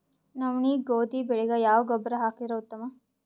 ನವನಿ, ಗೋಧಿ ಬೆಳಿಗ ಯಾವ ಗೊಬ್ಬರ ಹಾಕಿದರ ಉತ್ತಮ?